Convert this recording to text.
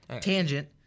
tangent